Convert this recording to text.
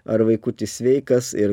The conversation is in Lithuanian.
ar vaikutis sveikas ir